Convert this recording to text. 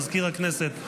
מזכיר הכנסת,